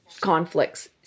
conflicts